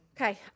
Okay